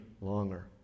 longer